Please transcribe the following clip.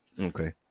Okay